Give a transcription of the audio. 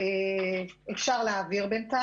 בנושא